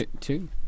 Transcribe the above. Two